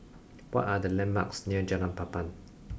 what are the landmarks near Jalan Papan